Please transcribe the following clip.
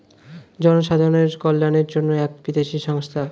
জনসাধারণের কল্যাণের জন্য এক বিদেশি সংস্থা